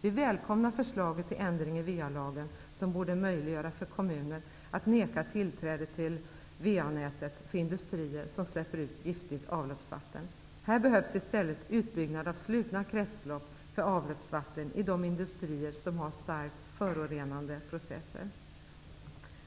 Vi välkomnar förslaget till ändring i VA-lagen, som borde möjliggöra för kommuner att neka tillträde till VA-nätet för industrier som släpper ut giftigt avloppsvatten. Här behövs i stället utbyggnad av slutna kretslopp för avloppsvatten i de industrier som har starkt förorenande processer.